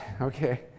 Okay